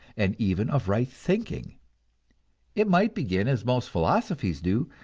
and even of right thinking it might begin as most philosophies do,